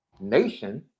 Nation